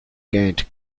gained